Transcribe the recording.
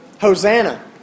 Hosanna